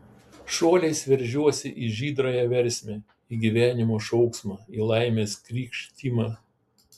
šuoliais veržiuosi į žydrąją versmę į gyvenimo šauksmą į laimės krykštimą